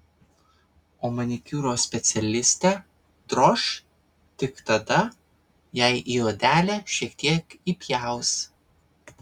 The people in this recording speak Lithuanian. o manikiūro specialistę droš tik tada jei į odelę šiek tiek įpjaus